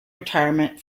retirement